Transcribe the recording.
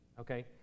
okay